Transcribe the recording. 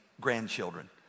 grandchildren